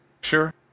sure